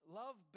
love